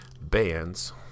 bands